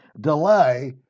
delay